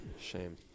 Shame